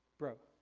bro.